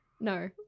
No